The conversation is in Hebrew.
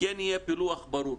כן יהיה פילוח ברור.